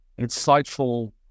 insightful